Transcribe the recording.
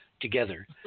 together